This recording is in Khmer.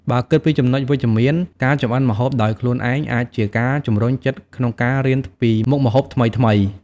បើគិតពីចំណុចវិជ្ជមាន ការចម្អិនម្ហូបដោយខ្លួនឯងអាចជាការជម្រុញចិត្តក្នុងការរៀនពីមុខម្ហូបថ្មីៗ។